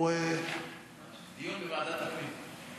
הוא, דיון בוועדת הפנים.